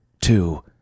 two